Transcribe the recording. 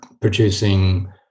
producing